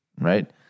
right